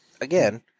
again